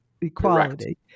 Equality